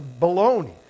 baloney